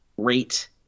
great